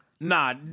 Nah